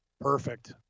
Perfect